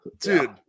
dude